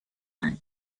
land